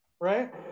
right